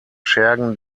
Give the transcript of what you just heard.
schergen